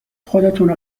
خودتونو